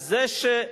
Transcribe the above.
אבל זה שסיעת